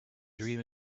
dream